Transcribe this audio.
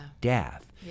death